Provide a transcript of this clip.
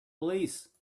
police